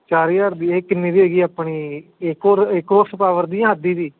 ਚਾਰ ਹਜ਼ਾਰ ਦੀ ਇਹ ਕਿੰਨੇ ਦੀ ਹੈਗੀ ਆਪਣੀ ਇੱਕ ਹੋ ਇੱਕ ਹੋਸ ਪਾਵਰ ਦੀ ਜਾਂ ਅੱਧੀ ਦੀ